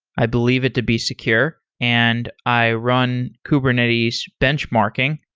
i believe it to be secure, and i run kubernetes benchmarking.